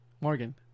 Morgan